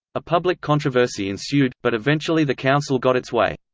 a public controversy ensued, but eventually the council got its way.